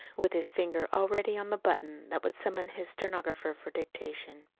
with his finger already on the button that would summon his stenographer for dictation.